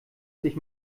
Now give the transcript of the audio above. sich